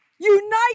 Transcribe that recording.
Unite